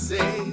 Say